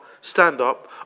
stand-up